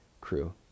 crew